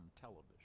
television